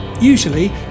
Usually